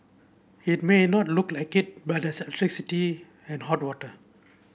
it may not look like it but electricity and hot water